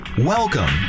Welcome